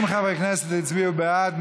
50 חברי כנסת הצביעו בעד,